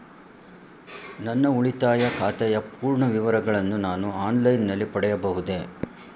ನನ್ನ ಉಳಿತಾಯ ಖಾತೆಯ ಪೂರ್ಣ ವಿವರಗಳನ್ನು ನಾನು ಆನ್ಲೈನ್ ನಲ್ಲಿ ಪಡೆಯಬಹುದೇ?